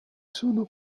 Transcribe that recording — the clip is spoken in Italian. sono